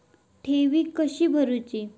ठेवी कशी भरूची?